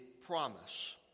promise